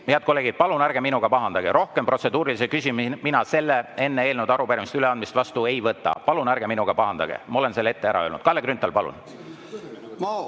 head kolleegid, palun ärge minuga pahandage! Rohkem protseduurilisi küsimusi mina enne eelnõude ja arupärimiste üleandmist vastu ei võta. Palun ärge minuga pahandage, ma olen selle ette ära öelnud. Kalle Grünthal, palun!